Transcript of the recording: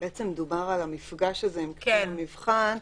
דובר על המפגש הזה עם קצין המבחן,